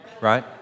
right